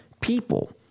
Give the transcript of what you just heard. people